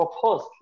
proposed